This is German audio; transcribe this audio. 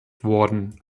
worden